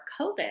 COVID